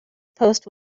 post